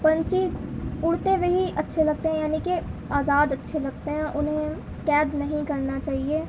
پنچھی اڑتے ہوئے ہی اچّھے لگتے ہیں یعنی کہ آزاد اچّھے لگتے ہیں انہیں قید نہیں کرنا چاہیے